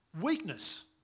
weakness